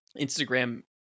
Instagram